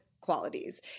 qualities